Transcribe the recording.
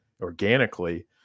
organically